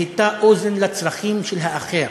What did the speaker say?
והטה אוזן לצרכים של האחר,